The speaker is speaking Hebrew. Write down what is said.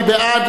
מי בעד?